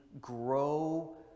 grow